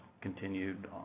continued